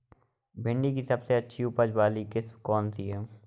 भिंडी की सबसे अच्छी उपज वाली किश्त कौन सी है?